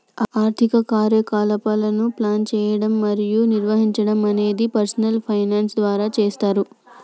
ఆర్థిక కార్యకలాపాలను ప్లాన్ చేయడం మరియు నిర్వహించడం అనేది పర్సనల్ ఫైనాన్స్ ద్వారా చేస్తరు